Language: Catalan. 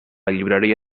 llibreria